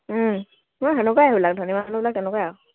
সেনেকুৱাই এইবিলাক ধনী মানুহবিলাক তেনেকুৱাই আৰু